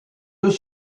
deux